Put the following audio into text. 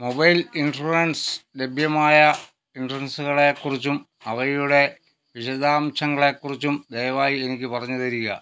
mobile insurance ലഭ്യമായ ഇൻഷുറൻസുകളെ കുറിച്ചും അവയുടെ വിശദാംശങ്ങളെ കുറിച്ചും ദയവായി എനിക്ക് പറഞ്ഞു തരുക